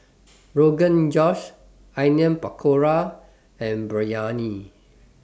Rogan Josh Onion Pakora and Biryani